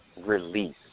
release